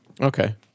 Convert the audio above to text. Okay